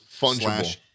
fungible